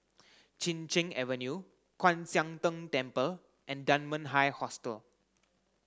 Chin Cheng Avenue Kwan Siang Tng Temple and Dunman High Hostel